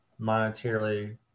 monetarily